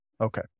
Okay